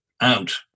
out